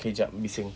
okay kejap ini bising